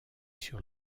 sur